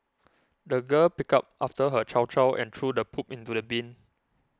the girl picked up after her chow chow and threw the poop into the bin